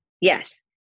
Yes